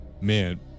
Man